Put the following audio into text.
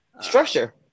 structure